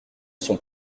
sont